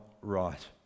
right